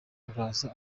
araza